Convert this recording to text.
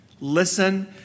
Listen